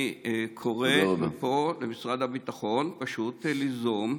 אני קורא מפה למשרד הביטחון פשוט ליזום,